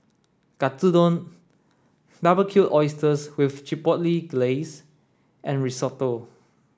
Katsudon Barbecued Oysters with Chipotle Glaze and Risotto